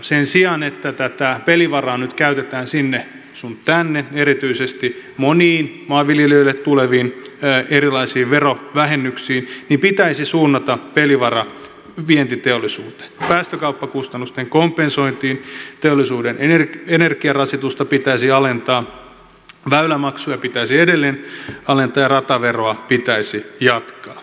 sen sijaan että tätä pelivaraa nyt käytetään sinne sun tänne erityisesti moniin maanviljelijöille tuleviin erilaisiin verovähennyksiin pitäisi suunnata pelivara vientiteollisuuteen päästökauppakustannusten kompensointiin teollisuuden energiarasitusta pitäisi alentaa väylämaksuja pitäisi edelleen alentaa ja rataveroa pitäisi jatkaa